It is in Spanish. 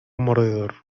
mordedor